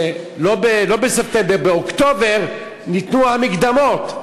לא בספטמבר, באוקטובר, ניתנו המקדמות.